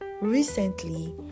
recently